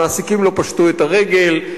המעסיקים לא פשטו את הרגל,